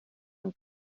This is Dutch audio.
een